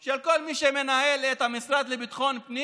של כל מי שמנהל את המשרד לביטחון פנים